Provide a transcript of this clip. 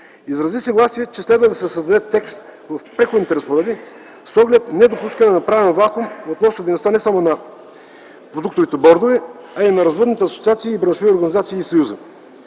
Изрази съгласие, че следва да се създаде текст в Преходните разпоредби с оглед недопускане на правен вакуум относно дейността не само на продуктовите бордове, а и на развъдните асоциации и браншовите организации и съюзи.